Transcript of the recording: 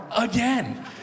again